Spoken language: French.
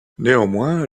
néanmoins